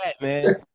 man